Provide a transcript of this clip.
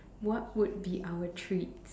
what would be our trait